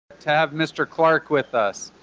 to have mr. clark with us.